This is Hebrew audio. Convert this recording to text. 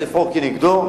צריך לפעול נגדו,